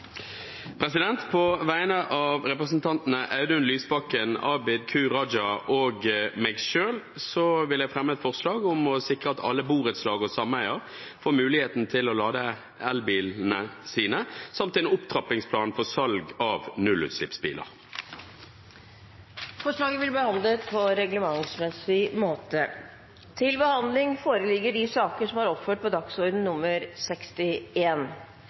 På vegne av representantene Audun Lysbakken, Abid Q. Raja og meg selv vil jeg fremme et forslag om å sikre at alle borettslag og sameier får mulighet til å lade elbilene sine, samt opptrappingsplan for salg av nullutslippsbiler. Forslaget vil bli behandlet på reglementsmessig måte.